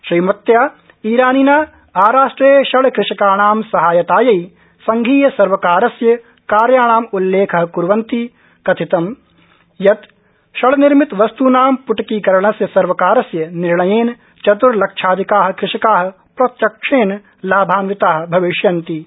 श्रीमत्या ईरानिना आराष्ट्रे शणकृषकाणां सहायतायै संघीयसर्वकारस्य कार्याणामुल्लेख कुर्वन्ती कथितं यत् शणनिर्मित वस्तूनां प्टकीकरणस्य सर्वकारस्य निर्णयेन चत्र्लक्षाधिका कृषका प्रत्यक्षेन लाभान्विता भविष्यन्ति इति